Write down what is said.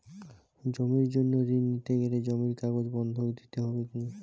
জমির জন্য ঋন নিতে গেলে জমির কাগজ বন্ধক দিতে হবে কি?